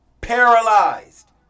paralyzed